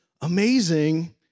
amazing